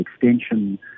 extension